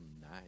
nice